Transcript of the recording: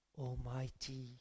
Almighty